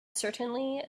certainly